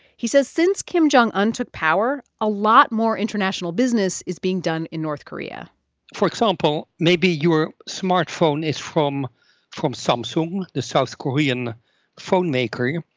he says since kim jong un took power, a lot more international business is being done in north korea for example, maybe your smartphone is from from samsung, the south korean phone maker. yeah